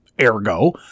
Ergo